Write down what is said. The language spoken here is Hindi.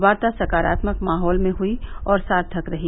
वार्ता सकारात्मक माहौल में हुई और सार्थक रही